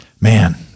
Man